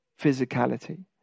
physicality